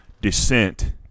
descent